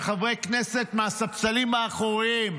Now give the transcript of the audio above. שחברי כנסת מהספסלים האחוריים,